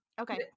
Okay